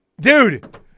Dude